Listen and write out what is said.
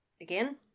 again